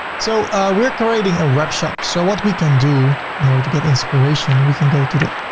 so we're creating a web shop. so what we can do in order to get inspiration, we can go to the